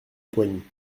poigny